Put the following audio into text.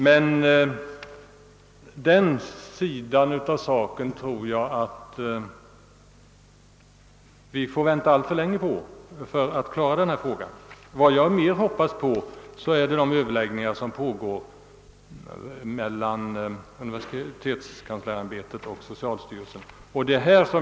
Men därvidlag tror jag att vi får vänta alltför länge på resultaten, och jag hoppas mera på överläggningarna mellan universitetskanslersämbetet och socialstyrelsen.